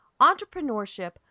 entrepreneurship